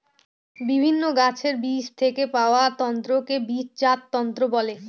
বিভিন্ন গাছের বীজ থেকে পাওয়া তন্তুকে বীজজাত তন্তু বলে